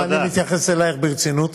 מאחר שאני מתייחס אלייך ברצינות,